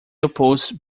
opposed